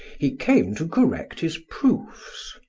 he came to correct his proofs.